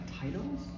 titles